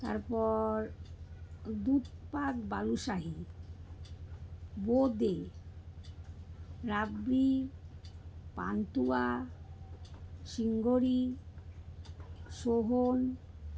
তারপর দুধপাক বালুশাহী বোঁদে রাবড়ি পান্তুয়া সোহন